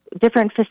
different